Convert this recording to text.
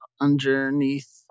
underneath